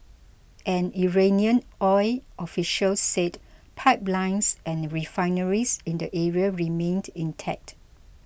an Iranian oil official said pipelines and refineries in the area remained intact